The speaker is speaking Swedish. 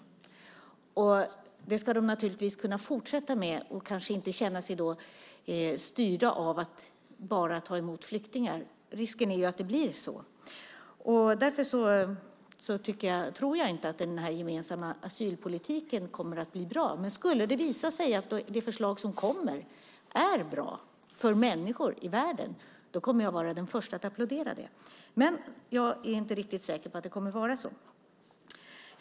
Det ska de naturligtvis kunna fortsätta med utan att behöva känna sig styrda att ta emot bara flyktingar. Risken är ju att det blir så. Därför tror jag inte att den gemensamma asylpolitiken kommer att bli bra. Men om det skulle visa sig att det förslag som kommer är bra för människor i världen kommer jag att vara den första att applådera det. Jag är dock inte riktigt säker på att det kommer att vara så.